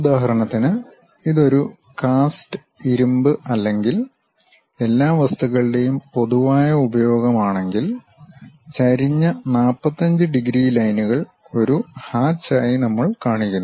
ഉദാഹരണത്തിന് ഇത് ഒരു കാസ്റ്റ് ഇരുമ്പ് അല്ലെങ്കിൽ എല്ലാ വസ്തുക്കളുടെയും പൊതുവായ ഉപയോഗമാണെങ്കിൽ ചരിഞ്ഞ 45 ഡിഗ്രി ലൈനുകൾ ഒരു ഹാച്ച് ആയി നമ്മൾ കാണിക്കുന്നു